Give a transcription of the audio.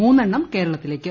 മൂന്നെണ്ണം കേരളത്തിലേയ്ക്ക്